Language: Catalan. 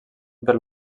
pel